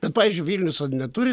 bet pavyzdžiui vilnius vat neturi